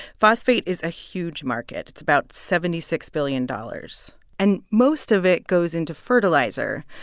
phosphate is a huge market. it's about seventy six billion dollars. and most of it goes into fertilizer,